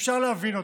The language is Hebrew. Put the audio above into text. אפשר להבין אותם.